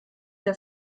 der